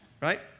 Right